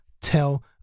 tell